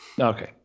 Okay